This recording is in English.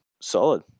solid